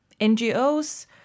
NGOs